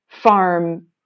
farm